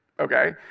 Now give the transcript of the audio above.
Okay